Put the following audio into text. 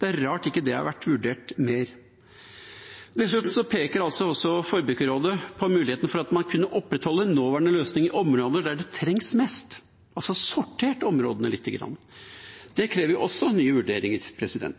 Det er rart ikke det har vært vurdert mer. Dessuten peker Forbrukerrådet på muligheten for at man kunne opprettholde nåværende løsninger på områder der det trengs mest, altså sortert områdene lite grann. Det krever også nye vurderinger.